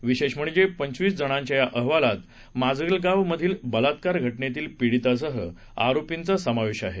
विशेष म्हणजे पंचवीस जणांच्या या अहवालात माजलगाव मधील बलात्कार घटनेतील पिडीतासह आरोपीचां समावेश आहे